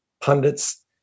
pundits